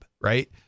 right